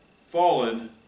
fallen